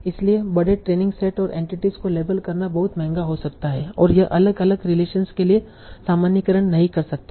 इसलिए बड़े training set और एंटिटीस को लेबल करना बहुत महंगा हो सकता है और यह अलग अलग रिलेशनस के लिए सामान्यीकरण नहीं कर सकता है